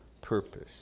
purpose